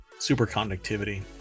superconductivity